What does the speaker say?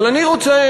אבל אני רוצה,